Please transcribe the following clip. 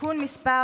תיקון מס'